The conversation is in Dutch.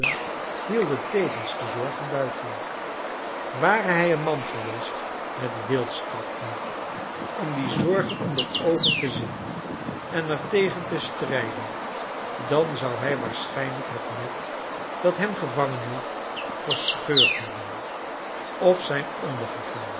hidden tevens de zorgen buiten ware hij een man geweest met wilskraeht genoeg om die zorgen onder de oogen te zien en er tegen te strijden dan zou hij waarschijnlijk het net dat hem gevangen hield verscheurd hebben of zijn